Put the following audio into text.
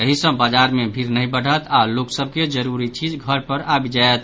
एहि सँ बाजार मे भीड़ नहि बढ़त आ लोक सभ के जरूरी चीज घर धरि आबि जायत